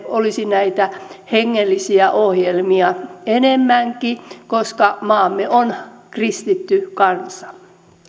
olisi näitä hengellisiä ohjelmia enemmänkin koska maamme on kristitty kansa